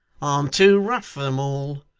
too rough for them all.